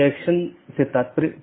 दूसरा BGP connection बनाए रख रहा है